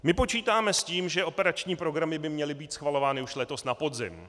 My počítáme s tím, že operační programy by měly být schvalovány už letos na podzim.